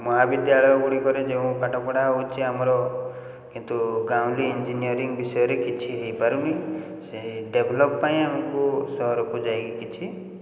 ମହାବିଦ୍ୟାଳୟ ଗୁଡ଼ିକରେ ଯେଉଁ ପାଠପଢ଼ା ହେଉଛି ଆମର କିନ୍ତୁ ଗାଉଁଲି ଇଞ୍ଜିନିୟରିଙ୍ଗ ବିଷୟରେ କିଛି ହେଇପାରୁନି ସେଇ ଡେଭଲପ୍ ପାଇଁ ଆମକୁ ସହରକୁ ଯାଇକି କିଛି